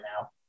now